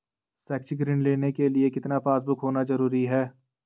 शैक्षिक ऋण लेने के लिए कितना पासबुक होना जरूरी है?